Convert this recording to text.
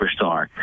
superstar